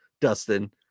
dustin